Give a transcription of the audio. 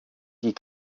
die